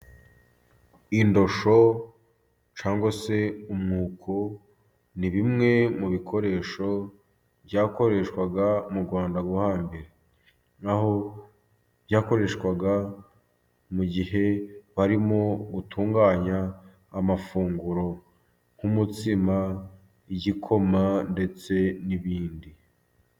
Indosho cyangwa se umwuko ni bimwe mu bikoresho byakoreshwaga mu Rwanda, hanze naho byakoreshwaga mu gihe barimo gutunganya amafunguro nk'umutsima, igikoma, ndetse n'ibindi.